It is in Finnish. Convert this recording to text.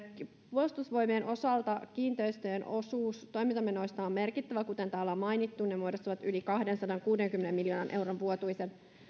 puolustusvoimien osalta kiinteistöjen osuus toimintamenoista on merkittävä kuten täällä on mainittu ne muodostavat yli kahdensadankuudenkymmenen miljoonan euron vuotuisen